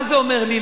מה זה אומר לי?